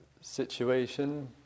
situation